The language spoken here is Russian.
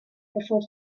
послов